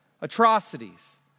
atrocities